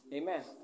Amen